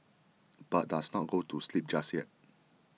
but does not go to sleep just yet